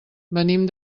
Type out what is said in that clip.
venim